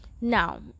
Now